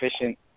efficient